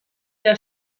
der